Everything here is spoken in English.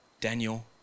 Daniel